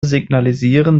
signalisieren